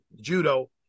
judo